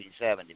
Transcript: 1970